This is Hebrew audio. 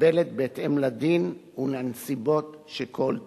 מתקבלת בהתאם לדין ולנסיבות של כל תיק.